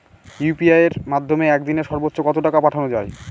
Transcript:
UPI এর মাধ্যমে এক দিনে সর্বচ্চ কত টাকা পাঠানো যায়?